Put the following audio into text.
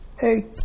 Hey